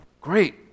Great